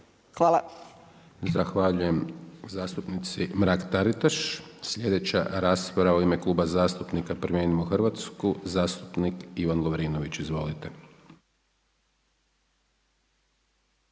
(SDP)** Zahvaljujem zastupnici Mrak-Taritaš. Sljedeća rasprava u ime Kluba zastupnika Promijenimo Hrvatsku, zastupnik Ivan Lovrinović. Izvolite.